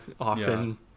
often